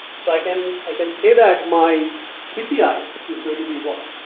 like and i can say that my cpi is going to be what?